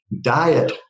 Diet